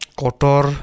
kotor